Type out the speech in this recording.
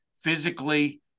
physically